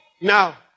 Now